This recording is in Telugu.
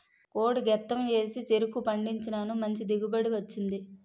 కోడి గెత్తెం ఏసి చెరుకు పండించినాను మంచి దిగుబడి వచ్చింది